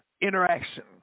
interaction